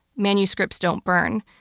manuscripts don't burn.